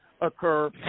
occur